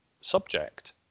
subject